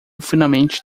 finalmente